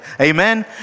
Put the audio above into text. Amen